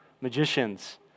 magicians